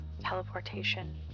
teleportation